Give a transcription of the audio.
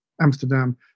Amsterdam